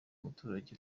umuturage